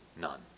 none